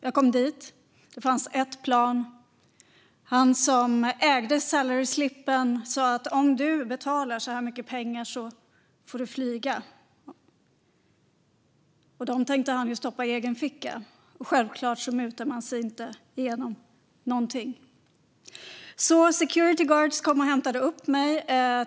Jag kom dit. Det fanns ett plan. Han som ägde salary slipen sa att "om du betalar så här mycket pengar får du flyga". Dem tänkte han ju stoppa i egen ficka, och självklart mutar man sig inte igenom någonting. Security guards kom och hämtade upp mig.